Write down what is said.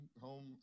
home